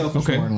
okay